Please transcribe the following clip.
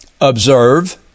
Observe